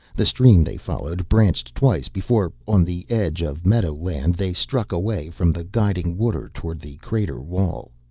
the stream they followed branched twice before, on the edge of meadow land, they struck away from the guiding water toward the crater wall.